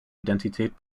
identität